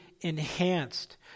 enhanced